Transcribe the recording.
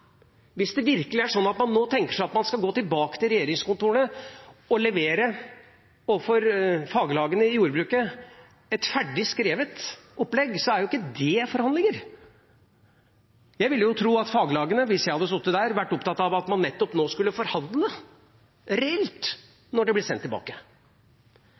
virkelig er sånn at man nå tenker seg at man skal gå tilbake til regjeringskontorene og levere til faglagene i jordbruket et ferdig skrevet opplegg, er jo ikke det forhandlinger. Jeg ville tro at faglagene – og jeg, hvis jeg hadde sittet der – hadde vært opptatt av at man nettopp nå skulle forhandle reelt, når det blir sendt tilbake.